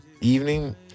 evening